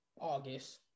August